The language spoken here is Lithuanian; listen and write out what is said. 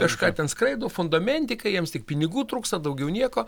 kažką ten skraido fundamentikai jiems tik pinigų trūksta daugiau nieko